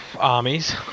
armies